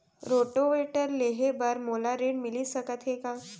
Rotavator लेहे बर मोला ऋण मिलिस सकत हे का?